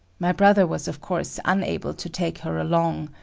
my brother was, of course, unable to take her along,